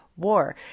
war